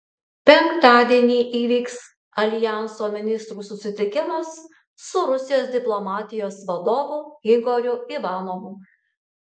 penktadienį įvyks aljanso ministrų susitikimas su rusijos diplomatijos vadovu igoriu ivanovu